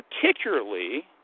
particularly